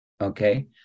Okay